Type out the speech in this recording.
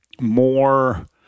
more